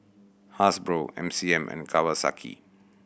Hasbro M C M and Kawasaki